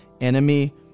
enemy